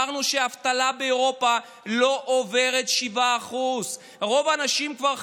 אמרנו שהאבטלה באירופה לא עוברת 7%. רוב האנשים כבר חזרו,